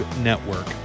network